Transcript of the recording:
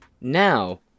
Now